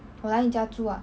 我来你家住啦